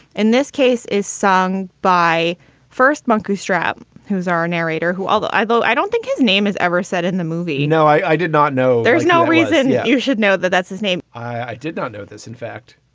in this case is sung by first monkey strap, who's our narrator? who although i though i don't think his name is ever said in the movie no, i did not know. there's no reason yeah you should know that that's his name. i did not know this in fact,